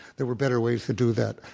there were better ways to do that.